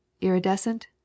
iridescent